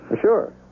Sure